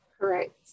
correct